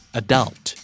adult